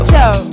Show